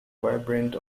variant